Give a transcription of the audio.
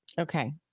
Okay